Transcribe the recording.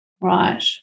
Right